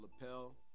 lapel